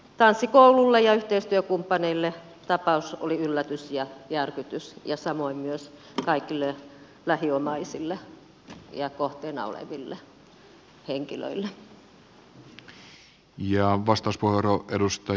tanssikoululle ja yhteistyökumppaneille tapaus oli yllätys ja järkytys ja samoin myös kaikille lähiomaisille ja kohteena oleville henkilöille